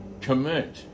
commit